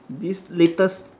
this latest